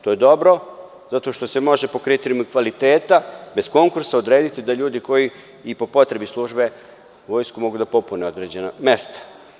To je dobro, zato što se mogu po kriterijumima kvaliteta, bez konkursa odrediti ljudi koji i po potrebi službe vojske mogu popuniti određena mesta.